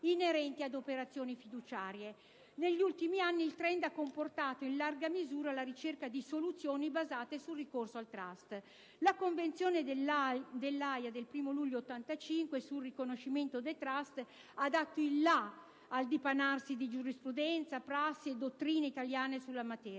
inerenti ad operazioni fiduciarie. Negli ultimi anni il *trend* ha comportato in larga misura la ricerca di soluzioni basate sul ricorso al *trust.* La Convenzione dell'Aja del 1° luglio 1985 sul riconoscimento dei *trust* ha dato il "la" al dipanarsi di giurisprudenza, prassi e dottrina italiane sulla materia.